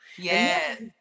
Yes